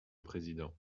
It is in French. président